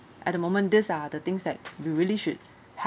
at the moment these are the things that we really should have